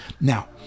Now